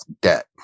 debt